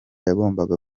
yagombaga